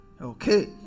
Okay